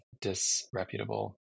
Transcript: disreputable